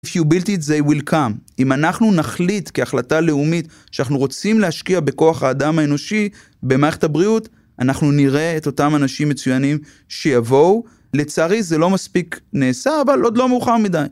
If you build it, they will come. אם אנחנו נחליט כהחלטה לאומית שאנחנו רוצים להשקיע בכוח האדם האנושי במערכת הבריאות, אנחנו נראה את אותם אנשים מצוינים שיבואו לצערי זה לא מספיק נעשה אבל עוד לא מאוחר מדי